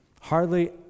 hardly